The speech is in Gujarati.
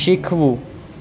શીખવું